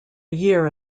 year